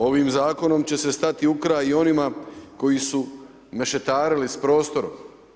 Ovim zakonom će se stati u kraj i onim a koji su mešetarili s prostorom.